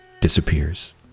disappears